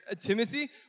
Timothy